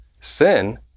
Sin